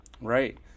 right